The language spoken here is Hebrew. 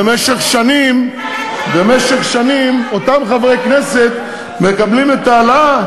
במשך שנים אותם חברי כנסת מקבלים את ההעלאה,